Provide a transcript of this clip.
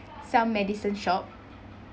some medicine shop